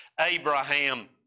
Abraham